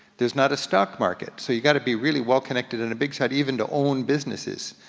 there's not a stock market, so you gotta be really well connected and a big shot even to own businesses.